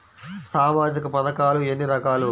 సామాజిక పథకాలు ఎన్ని రకాలు?